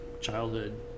childhood